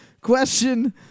Question